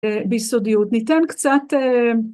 ביסודיות. ניתן קצת...